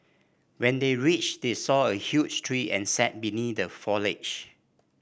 when they reached they saw a huge tree and sat beneath the foliage